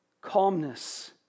Calmness